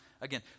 Again